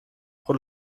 pro